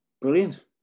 Brilliant